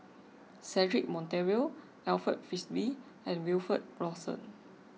Cedric Monteiro Alfred Frisby and Wilfed Lawson